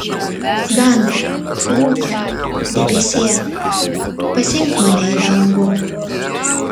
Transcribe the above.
gandre rūke debesie pasiimk mane į dangų